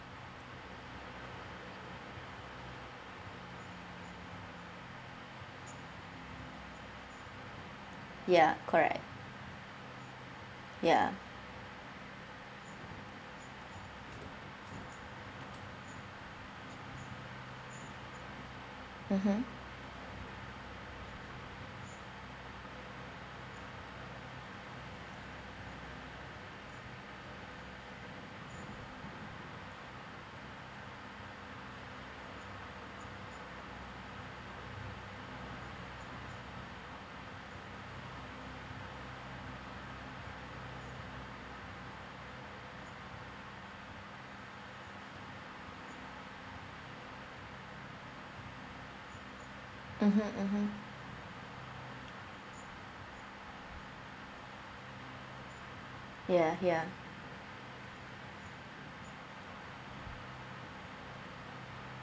ya correct ya mmhmm mmhmm mmhmm ya ya